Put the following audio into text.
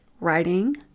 writing